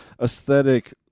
aesthetic